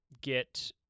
get